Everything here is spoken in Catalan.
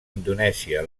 indonèsia